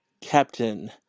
Captain